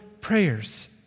prayers